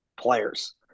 players